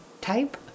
type